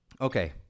Okay